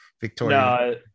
Victoria